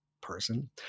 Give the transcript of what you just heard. person